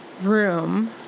room